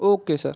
okay sir